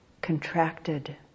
contracted